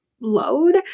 load